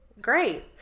Great